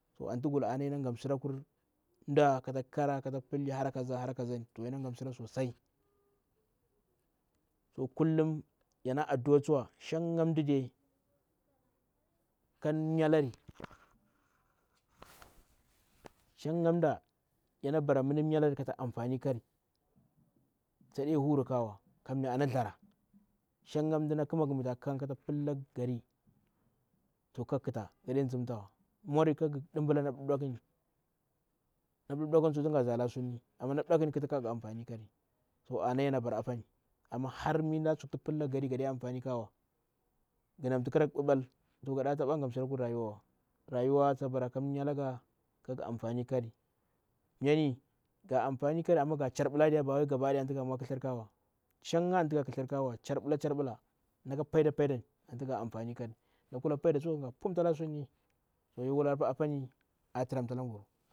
To an yanai ngamasirakur mda kata khikar tata ni shawarar yana nga msirakirari sosai kullum yana adua tsuwa shanga mda de kam mya kari, shanga mda yana bara mi mda myalari kata anfani khi kari tade huri ka ea kammya pana thdzjara. Shanga mdana kmaga mi ta khikan nga kata palaga gari to gaɗe nzemtawa kara khitə mwari kaghi nɗimbla na mɗab mɗaku, na mɗab mɗakuwa tunga thjala. Sunni, amma na mɗab kumi tsuwa tunga anfani khi kairi to ana yana bara apani; amma mi har na pillage gari anma gaɗe anfandi khu kawa, ghu namti khrraga mpbal to gaɗa tataba gamsiraku rawa. Rayuwa ta bara kan maya laga kara anfani khikari myani ga anfani khika ɗeya bawaw shanga antu ga khishir ka wa charbi nalka paida paida antu ga anfani khikari, nakula paida tsuwa ga pumtala sunni. to yowula apani aturanta labura.